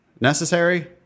necessary